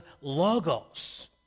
logos